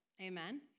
Amen